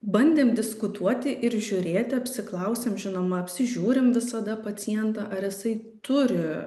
bandėm diskutuoti ir žiūrėti apsiklausėm žinoma apsižiūrim visada pacientą ar jisai turi